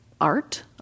art